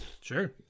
sure